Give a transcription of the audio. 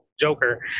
Joker